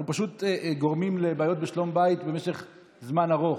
אנחנו פשוט גורמים לבעיות בשלום בית במשך זמן ארוך.